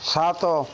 ସାତ